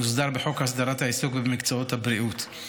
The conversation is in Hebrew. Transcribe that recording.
המוסדר בחוק הסדרת העיסוק במקצועות הבריאות,